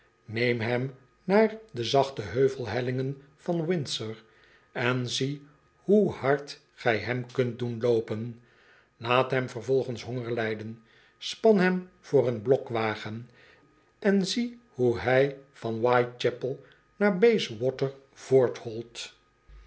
neem hem naar de zachte heuvelhellingen van windso r en zie hoe hard gij hem kunt doen loopen daat hem vervolgens honger lijden span hem voor een blokwagen en zie hoe hj van whitechapel naar bayswater